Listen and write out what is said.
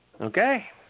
Okay